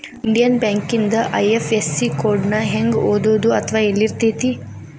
Indian ಬ್ಯಾಂಕಿಂದ IFSC code ನ ಹೆಂಗ ಓದೋದು ಅಥವಾ ಯೆಲ್ಲಿರ್ತೆತಿ?